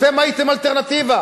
אתם הייתם אלטרנטיבה.